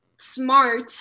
smart